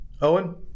Owen